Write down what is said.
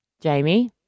Jamie